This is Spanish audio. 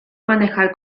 manejar